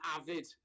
avid